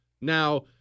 Now